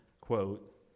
quote